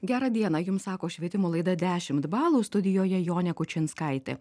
gerą dieną jums sako švietimo laida dešimt balų studijoje jonė kučinskaitė